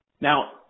Now